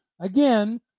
Again